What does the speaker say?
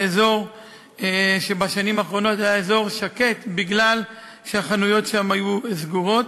זה אזור שבשנים האחרונות היה שקט מפני שהחנויות שם היו סגורות.